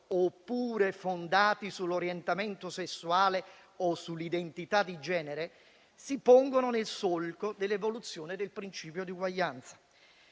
«oppure fondati (...) sull'orientamento sessuale o sull'identità di genere» si pongono nel solco dell'evoluzione del principio di uguaglianza.